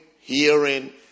hearing